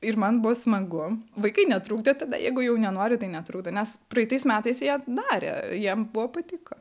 ir man buvo smagu vaikai netrukdė tada jeigu jau nenori tai netrukdo nes praeitais metais jie darė jiem buvo patiko